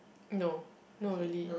no no really